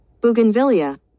Bougainvillea